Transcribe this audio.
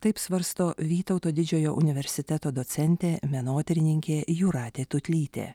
taip svarsto vytauto didžiojo universiteto docentė menotyrininkė jūratė tutlytė